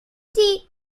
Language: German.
sind